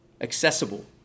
Accessible